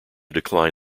decline